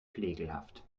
flegelhaft